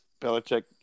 Belichick